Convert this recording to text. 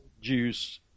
juice